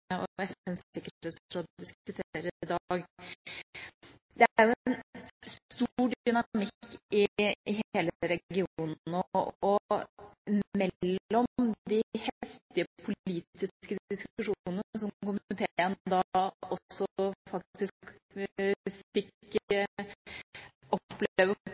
og FNs sikkerhetsråd diskuterer nå. Det er en stor dynamikk i hele regionen, og mellom de heftige politiske diskusjonene – som komiteen da faktisk også fikk oppleve